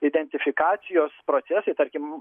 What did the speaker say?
identifikacijos procesai tarkim